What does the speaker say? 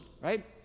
right